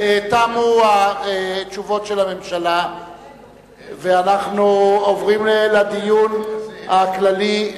תמו התשובות של הממשלה ואנחנו עוברים לדיון הכללי.